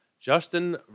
Justin